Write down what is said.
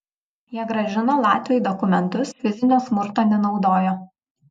jie grąžino latviui dokumentus fizinio smurto nenaudojo